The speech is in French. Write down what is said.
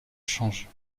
change